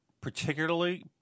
particularly